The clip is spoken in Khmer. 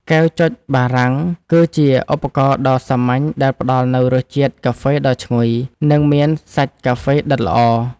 កែវចុចបារាំង គឺជាឧបករណ៍ដ៏សាមញ្ញដែលផ្ដល់នូវរសជាតិកាហ្វេដ៏ឈ្ងុយ និងមានសាច់កាហ្វេដិតល្អ។